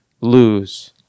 lose